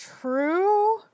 true